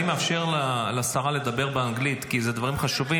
אני מאפשר לשרה לדבר באנגלית כי זה דברים חשובים,